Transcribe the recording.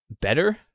better